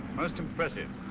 most impressive.